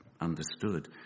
understood